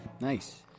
Nice